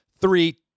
three